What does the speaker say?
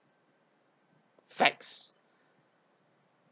facts